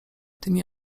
tymi